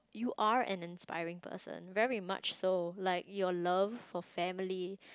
you are an inspiring person very much so like your love for family